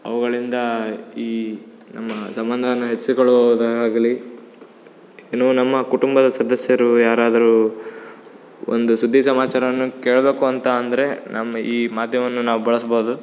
ಅವುಗಳಿಂದ ಈ ನಮ್ಮ ಸಂಬಂಧವನ್ನ ಹೆಚ್ಚಿಕೊಳ್ಳುವುದರಾಗಲಿ ಇನ್ನು ನಮ್ಮ ಕುಟುಂಬದ ಸದಸ್ಯರು ಯಾರಾದರೂ ಒಂದು ಸುದ್ದಿ ಸಮಾಚಾರವನ್ನು ಕೇಳಬೇಕು ಅಂತ ಅಂದರೆ ನಮ್ಮ ಈ ಮಾಧ್ಯಮವನ್ನು ನಾವು ಬಳಸ್ಬೋದು